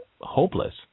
hopeless